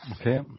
Okay